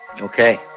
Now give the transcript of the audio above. Okay